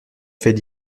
faits